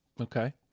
Okay